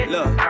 Look